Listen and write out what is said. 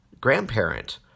grandparent